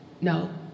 no